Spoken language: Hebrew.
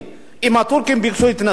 אם הטורקים ביקשו התנצלות,